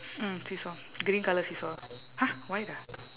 mm seesaw green colour seesaw !huh! white ah